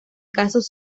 casos